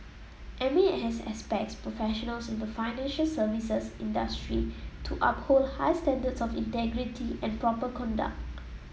M A S expects professionals in the financial services industry to uphold high standards of integrity and proper conduct